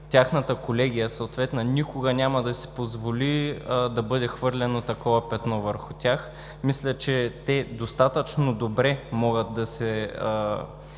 тяхната съответна колегия, никога няма да си позволи да бъде хвърлено такова петно върху тях. Мисля, че те достатъчно добре могат да поемат